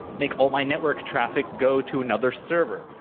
make all my network traffic go to another server,